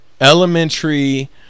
elementary